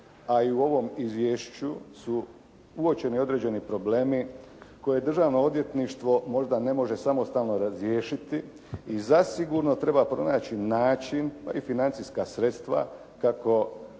a i u ovom izvješću su uočeni određeni problemi koje Državno odvjetništvo možda ne može samostalno razriješiti i zasigurno treba pronaći način, pa i financijska sredstva kako ti